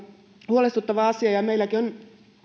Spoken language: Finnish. huolestuttava asia ja meilläkin on